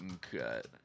cut